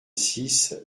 six